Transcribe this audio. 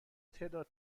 تعداد